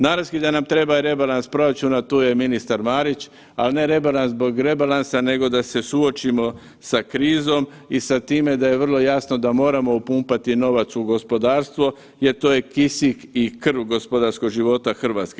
Naravski da nam treba i rebalans proračuna, tu je ministar Marić, ali ne rebalans zbog rebalansa nego da se suočimo sa krizom i sa time da je vrlo jasno da moramo upumpati novac u gospodarstvo jer to je kisik i krv gospodarskog života Hrvatske.